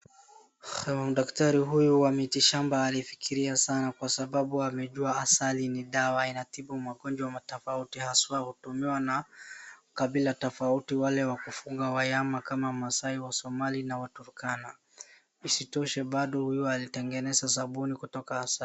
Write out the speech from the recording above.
Huyu daktari huyu wa miti shamba alifikiria sana kwa sababu amejuwa asali ni dawa inatibu magonjwa matofauti haswa utumiwa na kabila tofauti wale wa kufuga wanyama kama Masai, Wasomali na Waturkana. Isitoshe bado huyu alitengeneza sabuni kutoka asali.